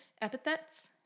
epithets